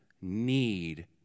need